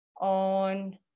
on